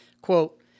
Quote